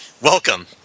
Welcome